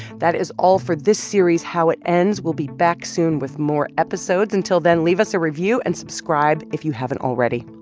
that is all for this series, how it ends. we'll be back soon with more episodes. until then, leave us a review and subscribe if you haven't already.